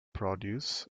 produce